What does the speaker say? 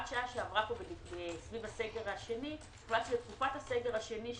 שעה שעברה פה סביב הסגל השני הוחלט שתקופת הסגר השני,